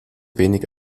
wenig